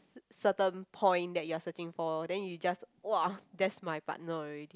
s~ certain point that you are searching for then you just !wah! that's my partner already